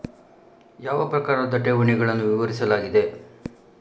ಯಾವ ಪ್ರಕಾರದ ಠೇವಣಿಗಳನ್ನು ವಿವರಿಸಲಾಗಿದೆ?